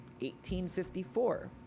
1854